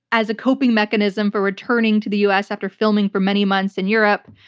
as a coping mechanism for returning to the us after filming for many months in europe,